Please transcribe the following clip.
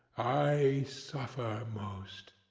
i suffer most.